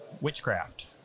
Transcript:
witchcraft